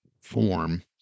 form